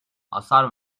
hasar